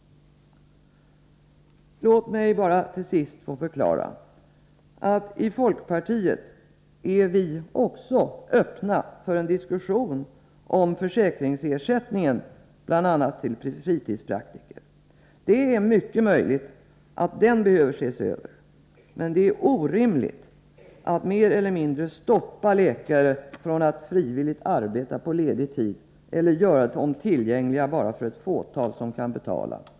Låt mig bara till sist förklara att vi i folkpartiet också är öppna för en diskussion om försäkringsersättningen till bl.a. fritidspraktiker. Det är mycket möjligt att den behöver ses över, men det är orimligt att mer eller mindre hindra läkare från att frivilligt arbeta på ledig tid eller göra dem tillgängliga bara för ett fåtal som kan betala.